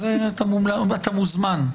אתה מוזמן.